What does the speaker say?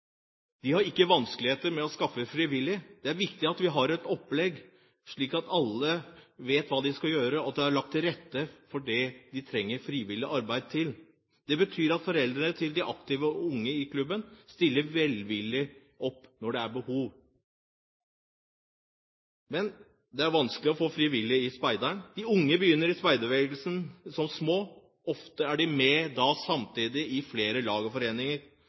De har ikke vanskeligheter med å skaffe frivillige. Det er viktig at vi har et opplegg, slik at alle vet hva de skal gjøre, og at det er lagt til rette for det vi trenger frivillig arbeid til. Det betyr at foreldrene til de aktive unge i klubben stiller velvillig opp når det er behov. Men det er vanskelig å få frivillige i speideren. De unge begynner i speiderbevegelsen som små, ofte er de samtidig med i flere lag og foreninger.